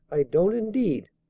i don't, indeed.